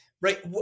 Right